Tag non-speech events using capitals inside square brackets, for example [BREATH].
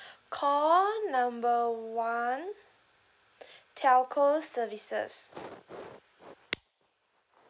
[BREATH] call number one [BREATH] telco services